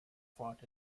fought